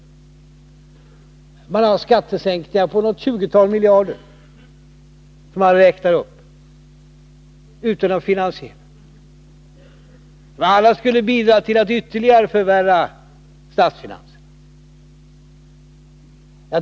Det är illa. Man föreslår skattesänkningar på något tjugotal miljarder — utan finansiering — vilka alla skulle bidra till att ytterligare förvärra statsfinanserna.